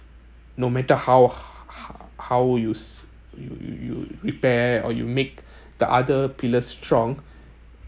no matter how how you s~ you you you repair or you make the other pillars strong